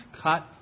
cut